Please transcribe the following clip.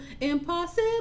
Impossible